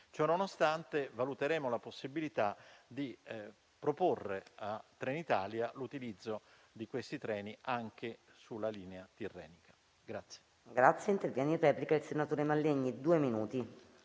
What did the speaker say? Ciononostante, valuteremo la possibilità di proporre a Trenitalia l'utilizzo di questi treni anche sulla linea tirrenica.